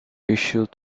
issued